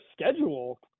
schedule